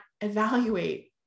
evaluate